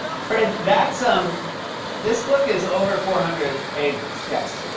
fred, that's, um this book is over four hundred pages. yes.